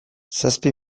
zazpi